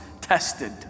tested